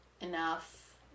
enough